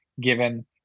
given